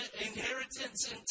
inheritance